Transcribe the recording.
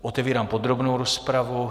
Otevírám podrobnou rozpravu.